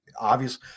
obvious